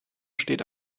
steht